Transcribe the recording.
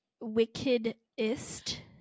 Wickedest